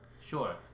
Sure